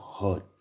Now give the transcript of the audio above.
hurt